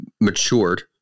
matured